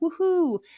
woohoo